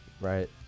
Right